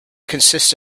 consists